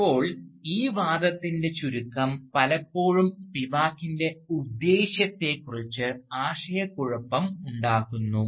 ഇപ്പോൾ ഈ വാദത്തിൻറെ ചുരുക്കം പലപ്പോഴും സ്പിവാക്കിൻറെ ഉദ്ദേശ്യത്തെക്കുറിച്ച് ആശയക്കുഴപ്പമുണ്ടാക്കുന്നു